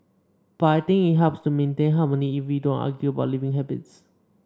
but I think it helps to maintain harmony if we don't argue about living habits